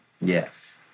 Yes